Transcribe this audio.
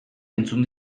entzun